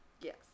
yes